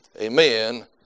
amen